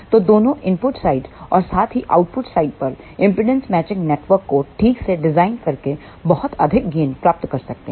तो दोनों input side और साथ ही आउटपुट साइड पर इंपेडेंस मैचिंग नेटवर्क को ठीक से डिजाइन करके बहुत अधिक गेन प्राप्त कर सकते हैं